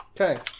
Okay